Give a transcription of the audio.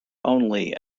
only